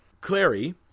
Clary